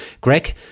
Greg